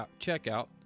checkout